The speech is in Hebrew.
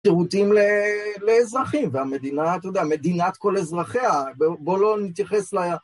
שירותים ל... לאזרחים, והמדינה, אתה יודע, מדינת כל אזרחיה, בוא לא נתייחס ל...